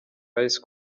rice